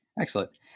Excellent